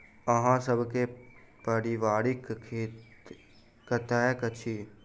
अहाँ सब के पारिवारिक खेत कतौ अछि?